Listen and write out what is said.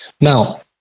Now